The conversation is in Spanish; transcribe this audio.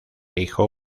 hijo